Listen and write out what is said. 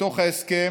לתוך ההסכם,